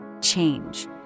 change